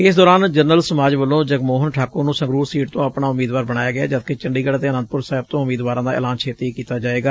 ਇਸ ਦੌਰਾਨ ਜਨਰਲ ਸਮਾਜ ਵੱਲੋਂ ਜਗਮੋਹਨ ਠਾਕੁਰ ਨੂੰ ਸੰਗਰੂਰ ਸੀਟ ਤੋਂ ਆਪਣਾ ਉਮੀਦਵਾਰ ਬਣਾਇਆ ਗੈ ਜਦਕਿ ਚੰਡੀਗੜ੍ ਅਤੇ ਆਨੰਦਪੁਰ ਸਾਹਿਬ ਤੋ ਉਮੀਦਵਾਰਾਂ ਦਾ ਐਲਾਨ ਛੇਤੀ ਹੀ ਕੀਤਾ ਜਾਵੇਗਾ